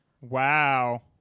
Wow